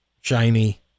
shiny